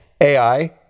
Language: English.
AI